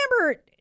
remember